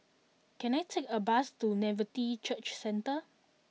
can I take a bus to Nativity Church Centre